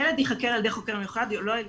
ילד ייחקר על ידי חוקר מיוחד של